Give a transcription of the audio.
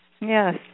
Yes